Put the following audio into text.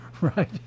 Right